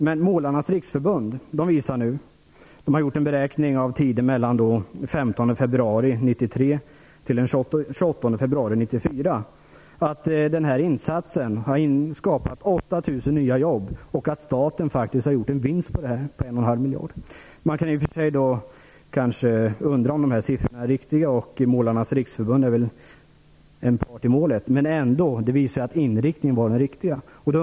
Men Svenska Målareförbundet har låtit göra en beräkning för tiden fr.o.m. den 15 februari 1993 t.o.m. den 28 februari 1994. Den visar att denna insats skapat 8 000 nya jobb, och att staten gjort en vinst på 1,5 miljarder kronor. Man kan i och för sig undra om dessa siffror är riktiga; Svenska Målareförbundet är ju en part i målet. Men det här visar att inriktningen var den riktiga.